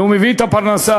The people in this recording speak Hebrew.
והוא מביא את הפרנסה,